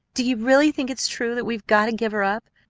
do you really think it's true that we've got to give her up?